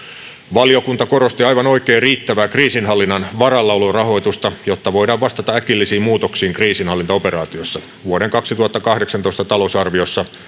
valiokunta korosti aivan oikein riittävää kriisinhallinnan varallaolorahoitusta jotta voidaan vastata äkillisiin muutoksiin kriisinhallintaoperaatioissa vuoden kaksituhattakahdeksantoista talousarviossa